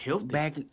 back